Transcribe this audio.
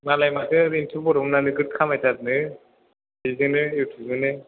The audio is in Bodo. मालाय माथो रिन्थु बर' मोनहा नोगोर खामायथारोनो बेजोंनो इउटुउब जोंनो